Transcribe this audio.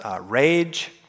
rage